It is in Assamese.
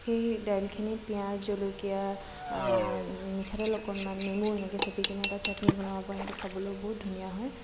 সেই দাইলখিনিত পিঁয়াজ জলকীয়া মিঠাতেল অকণমান নেমু এনেকৈ চেপি কিনে এটা চাটনি বনাব পাৰি সেইটো খাবলৈও বহুত ধুনীয়া হয়